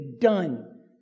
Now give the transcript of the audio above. done